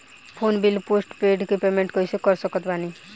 Phone bill postpaid के payment कैसे कर सकत बानी?